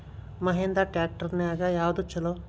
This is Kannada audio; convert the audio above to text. ಮಹೇಂದ್ರಾ ಟ್ರ್ಯಾಕ್ಟರ್ ನ್ಯಾಗ ಯಾವ್ದ ಛಲೋ?